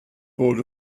board